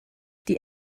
die